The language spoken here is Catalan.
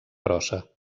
grossa